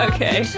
Okay